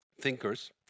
thinkers